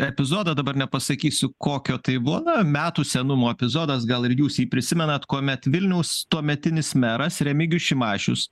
epizodą dabar nepasakysiu kokio tai na metų senumo epizodas gal ir jūs jį prisimenat kuomet vilniaus tuometinis meras remigijus šimašius